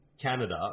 Canada